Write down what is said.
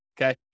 okay